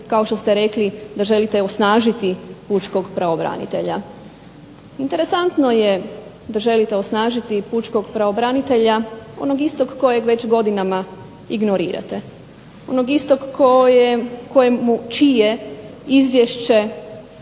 kao što ste rekli da želite osnažiti pučkog pravobranitelja. Interesantno je da želite osnažiti i pučkog pravobranitelja onog istog kojeg već godinama ignorirate, onog istog čije izvješće